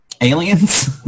aliens